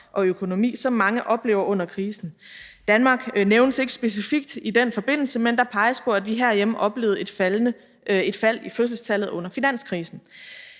og økonomi, som mange oplever under krisen. Danmark nævnes ikke specifikt i den forbindelse, men der peges på, at vi herhjemme oplevede et fald i fødselstallet under finanskrisen.